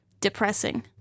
Depressing